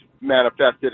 manifested